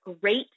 great